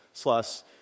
plus